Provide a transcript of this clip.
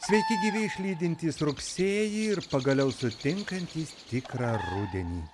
sveiki gyvi išlydintys rugsėjį ir pagaliau sutinkantys tikrą rudenį